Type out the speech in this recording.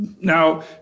Now